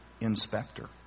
inspector